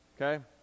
Okay